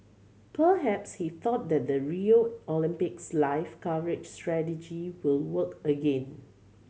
perhaps he thought that the Rio Olympics live coverage strategy will work again